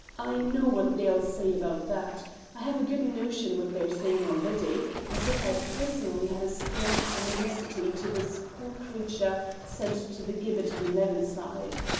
i know what they'll say about that i have a good notion what they're saying already as if i personally had a scrap of animosity to this poor creature sent to the gibbet on leven-side.